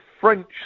French